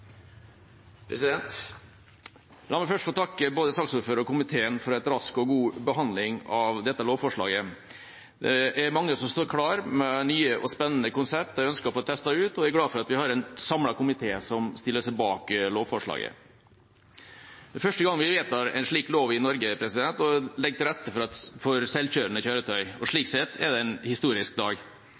La meg først få takke både saksordføreren og komiteen for en rask og god behandling av dette lovforslaget. Det er mange som står klare med nye og spennende konsepter som de ønsker å få testet ut, og jeg er glad for at vi har en samlet komité som stiller seg bak lovforslaget. Det er første gang vi vedtar en slik lov i Norge og legger til rette for selvkjørende kjøretøy. Slik sett er det en historisk dag.